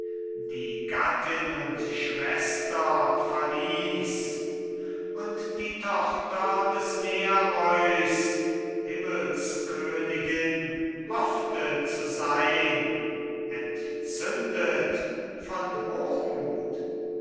die gattin und schwester verließ und die tochter des nereus himmelskönigin hoffte zu sein entzündet von hochmut